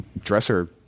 dresser